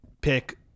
pick